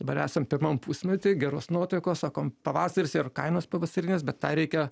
dar esant pirmam pusmetį geros nuotaikos sakom pavasaris ir kainos pavasarinės bet tą reikia